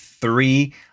three